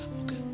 Okay